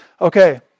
okay